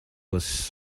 was